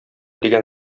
дигән